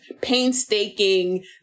painstaking